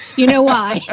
you know why.